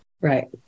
Right